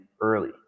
early